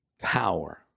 power